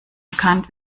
erkannt